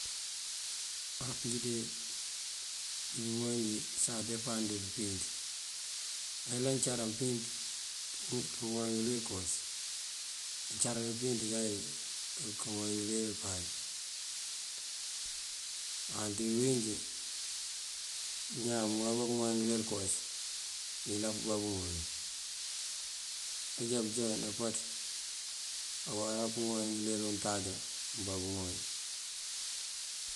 Á njí de bёŋooy njí sá depaŋ dí pëmpíinţ. Mayëla amcar ampíinţ kaŋooy ngëler këwas, amcar kay ampíinţ kaŋooy ngëler páaj. Me dí uwínjí ñaan ŋooy bá këŋooy ngëler këwas mëyëlan pubá bëŋooy. Ajá bujá nampaţ awara puŋooy ngëler untáajá nubá uŋooy.